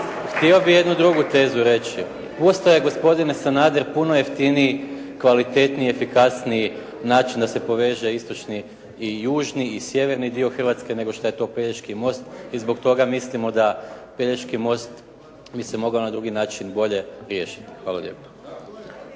htio bih jednu drugu tezu reći. Uz to je gospodine Sanader puno jeftiniji, kvalitetniji i efikasniji način da se poveže istočni i južni i sjeverni dio Hrvatske nego što je to Pelješki most i zbog toga mislimo da Pelješki most bi se mogao na drugi način bolje riješiti. Hvala lijepo.